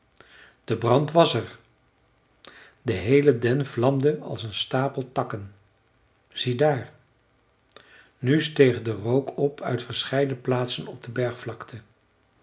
de brand was er de heele den vlamde als een stapel takken zie daar nu steeg de rook op uit verscheidene plaatsen op de